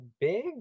big